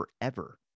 forever